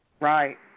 Right